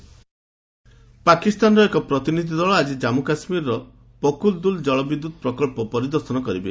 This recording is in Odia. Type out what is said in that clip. ପାକ୍ ଡେଲିଗେସନ୍ ପାକିସ୍ତାନର ଏକ ପ୍ରତିନିଧି ଦଳ ଆଜି ଜାମ୍ମୁ କାଶ୍ମୀରର ପକୁଲ୍ ଦୁଲ୍ କଳ ବିଦ୍ୟୁତ୍ ପ୍ରକଳ୍ପ ପରିଦର୍ଶନ କରିବେ